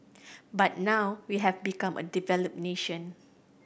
but now we have become a developed nation